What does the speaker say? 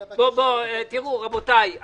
רבותי,